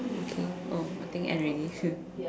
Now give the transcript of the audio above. okay oh I think end already